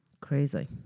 Crazy